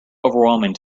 overwhelming